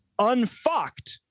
unfucked